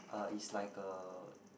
uh it's like a